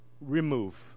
remove